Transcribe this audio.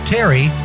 Terry